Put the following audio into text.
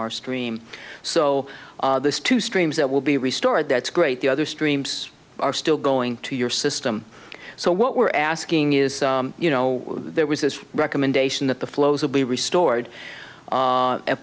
our stream so this two streams that will be restored that's great the other streams are still going to your system so what we're asking is you know there was this recommendation that the flows will be restored